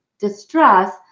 distress